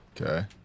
Okay